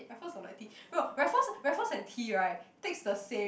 raffles no raffles raffles and t right takes the same